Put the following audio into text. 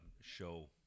show